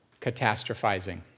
Catastrophizing